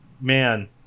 man